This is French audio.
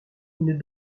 une